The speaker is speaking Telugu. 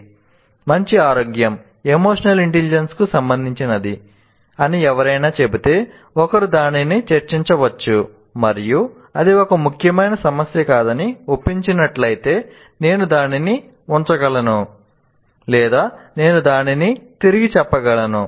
"మంచి ఆరోగ్యం ఎమోషనల్ ఇంటెలిజెన్స్ కు సంబంధించినది" అని ఎవరైనా చెబితే ఒకరు దానిని చర్చించవచ్చు మరియు అది ఒక ముఖ్యమైన సమస్య కాదని ఒప్పించినట్లయితే నేను దానిని ఉంచగలను లేదా నేను దానిని తిరిగి చెప్పగలను